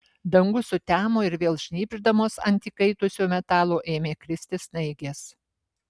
dangus sutemo ir vėl šnypšdamos ant įkaitusio metalo ėmė kristi snaigės